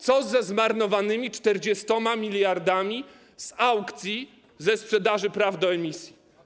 Co ze zmarnowanymi 40 mld z aukcji, ze sprzedaży praw do emisji?